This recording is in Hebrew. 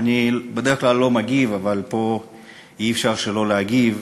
אני בדרך כלל לא מגיב, אבל פה אי-אפשר שלא להגיב,